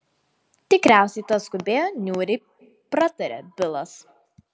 tikriausiai tas skubėjo niūriai pratarė bilas